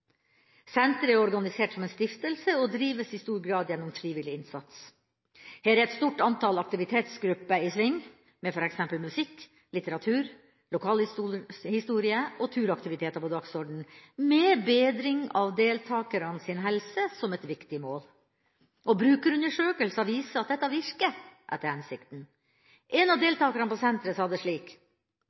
Senteret er organisert som en stiftelse og drives i stor grad gjennom frivillig innsats. Her er et stort antall aktivitetsgrupper i sving, med f.eks. musikk, litteratur, lokalhistorie og turaktiviteter på dagsordenen – med bedring av deltakernes helse som et viktig mål. Brukerundersøkelser viser at dette virker etter hensikten. En av deltakerne på senteret sa det slik: